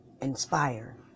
inspire